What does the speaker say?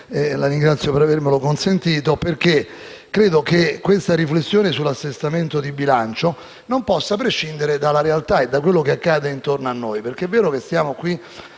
la ringrazio per avermelo consentito, perché credo che questa riflessione sull'Assestamento di bilancio non possa prescindere dalla realtà e da quello che accade intorno a noi. È vero che stiamo